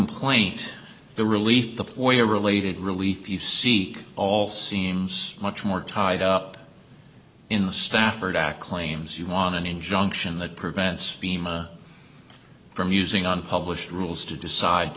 complaint the relief the foyer related relief you seek all seems much more tied up in the stafford act claims you won an injunction that prevents fema from using unpublished rules to decide